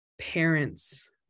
parents